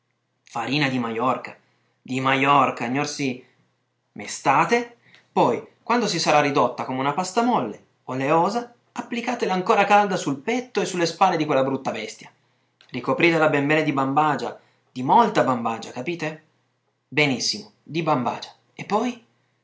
farina di majorca di majorca gnorsì mestate poi quando si sarà ridotta come una pasta molle oleosa applicatela ancora calda sul petto e su le spalle di quella brutta bestia ricopritela ben bene di bambagia di molta bambagia capite benissimo di bambagia e poi